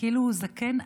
כאילו הוא זקן,